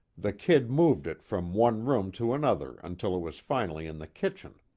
the kid moved it from one room to another until it was finally in the kitchen.